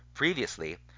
Previously